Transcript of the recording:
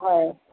হয়